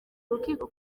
urukiko